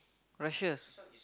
precious